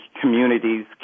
communities